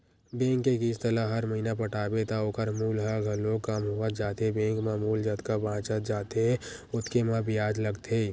bank के किस्त ल हर महिना पटाबे त ओखर मूल ह घलोक कम होवत जाथे बेंक म मूल जतका बाचत जाथे ओतके म बियाज लगथे